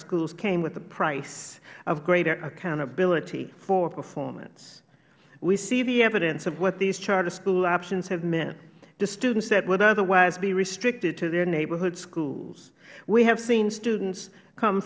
schools came with a price of greater accountability for performance we see the evidence of what these charter school options have meant the students that would otherwise be restricted to their neighborhood schools we have seen students com